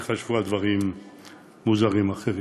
חשבו דברים מוזרים אחרים.